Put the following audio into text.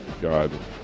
God